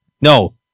No